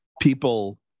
people